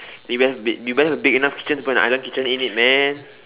you better have a big you better have a big enough kitchen to put an island kitchen in it man